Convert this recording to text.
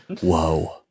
Whoa